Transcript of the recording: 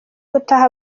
gutaha